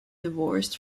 divorced